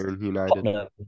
United